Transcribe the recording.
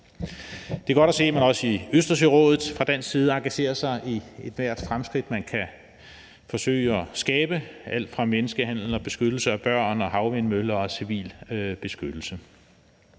Det er godt at se, at man også i Østersørådet fra dansk side engagerer sig i ethvert fremskridt, man kan forsøge at skabe. Det er alt fra menneskehandel, beskyttelse af børn og havvindmøller til civil beskyttelse.